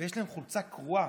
ויש להם חולצה קרועה,